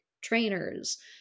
trainers